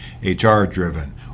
HR-driven